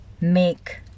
make